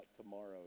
tomorrow